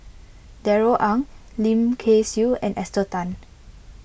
Darrell Ang Lim Kay Siu and Esther Tan